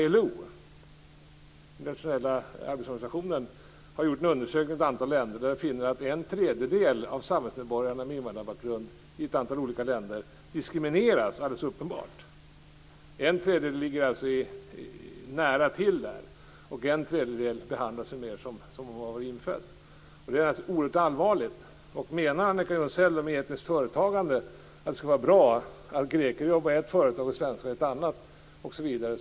ILO, den internationella arbetsorganisationen, har gjort en undersökning i ett antal olika länder och funnit att en tredjedel av samhällsmedborgarna med invandrarbakgrund alldeles uppenbarligen diskrimineras. En tredjedel ligger nära till, och en tredjedel behandlas som om man vore infödd. Detta är naturligtvis oerhört allvarligt. Menar Annika Jonsell att etniskt företagande skulle vara bra - att det skulle vara bra att greker jobbar i ett företag, svenskar i ett annat osv.?